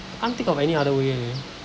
can't think of any other way eh